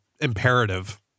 imperative